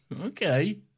okay